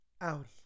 out